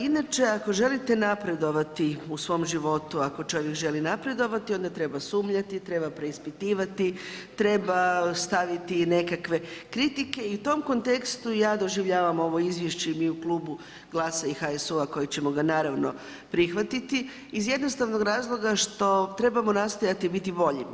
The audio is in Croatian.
Inače, ako želite napredovati u svom životu, ako čovjek želi napredovati onda treba sumnjati, treba preispitivati, treba staviti nekakve kritike i u tom kontekstu ja doživljavam ovo izvješće i mi u klubu GLAS-a i HSU-a koji ćemo ga, naravno prihvatiti iz jednostavnog razloga što trebamo nastojati biti bolji.